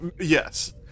Yes